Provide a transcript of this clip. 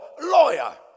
lawyer